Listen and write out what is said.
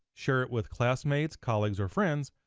share it with classmates, colleagues, or friends,